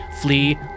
flee